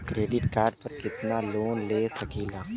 Credit card पर कितनालोन ले सकीला?